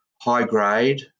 high-grade